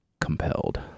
compelled